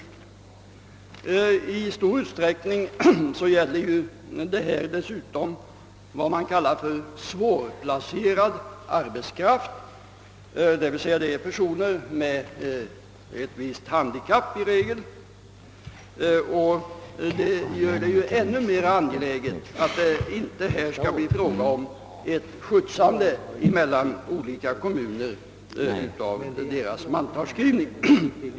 I stor utsträckning gäller det här vad man kallar svårplacerad arbetskraft, d.v.s. i regel personer med ett visst handikapp. Detta gör det ännu mera angeläget att det inte bli fråga om ett skjutsande mellan olika kommuner vid mantalsskrivningen.